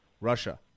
Russia